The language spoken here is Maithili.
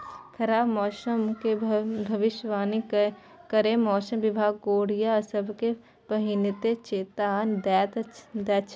खराब मौसमक भबिसबाणी कए मौसम बिभाग गोढ़िया सबकेँ पहिने चेता दैत छै